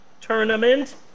tournament